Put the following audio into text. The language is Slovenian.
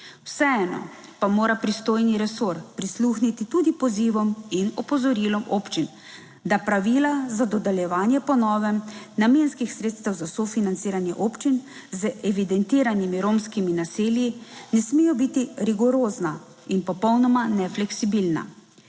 Vseeno pa mora pristojni resor prisluhniti tudi pozivom in opozorilom občin, da pravila za dodeljevanje po novem namenskih sredstev za sofinanciranje občin z evidentiranimi romskimi naselji ne smejo biti rigorozna in popolnoma nefleksibilna.